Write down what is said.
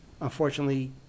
unfortunately